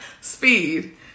Speed